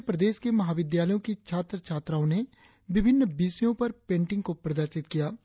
इसमें प्रदेश के महाविद्यालयों की छात्र छात्राओं ने विभिन्न विषयों पर पेंटिंग को प्रदर्शित किया